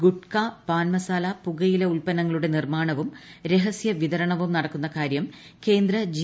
ഗുട്ട്ക പാൻമസാല പുകയില ഉത്പന്നങ്ങളുടെ നിർമ്മാണവും രഹസ്യ വിതരണവും നടക്കുന്ന കാരൃം കേന്ദ്ര ജി